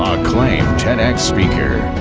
um acclaimed tedx speaker,